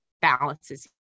balances